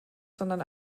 sondern